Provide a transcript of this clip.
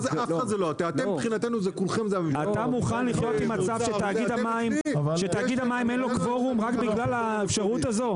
אתה מוכן לחיות עם מצב שתאגיד המים אין לו קוורום רק בגלל האפשרות הזו?